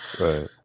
Right